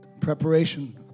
Preparation